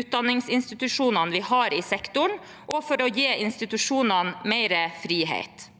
utdanningsinstitusjonene vi har i sektoren, og for å gi institusjonene mer frihet.